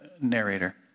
narrator